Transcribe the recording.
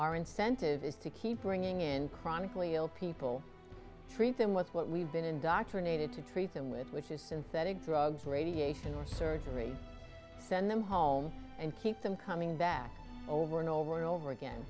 our incentive is to keep bringing in chronically ill people treat them with what we've been indoctrinated to treat them with which is synthetic drugs radiation or surgery send them home and keep them coming back over and over and over again